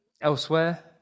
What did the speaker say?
Elsewhere